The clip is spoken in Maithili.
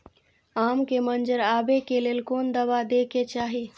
आम के मंजर आबे के लेल कोन दवा दे के चाही?